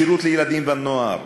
השירות לילדים ונוער